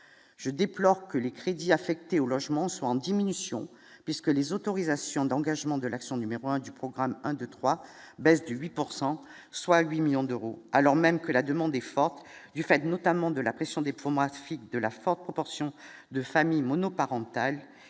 je déplore que les crédits affectés au logement sont en diminution, puisque les autorisations d'engagement de l'action numéro un du programme, un, 2, 3, baisse de 8 pourcent soit 8 millions d'euros, alors même que la demande est forte, du fait notamment de la pression des pour moi, flic de la forte proportion de familles monoparentales et des disponibilités foncières concrète